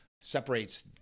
separates